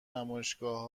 نمایشگاه